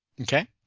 Okay